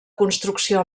construcció